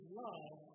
love